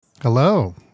Hello